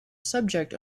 subject